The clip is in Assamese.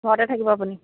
ঘৰতে থাকিব আপুনি